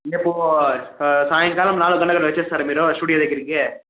రేపు సాయంకాలం నాలుగు గంటలకి అట్ల వచ్చేస్తారా మీరు స్టూడియో దగ్గరకి